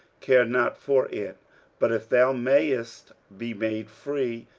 care not for it but if thou mayest be made free,